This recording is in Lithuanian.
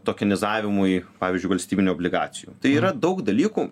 tokinizavimui pavyzdžiui valstybinių obligacijų tai yra daug dalykų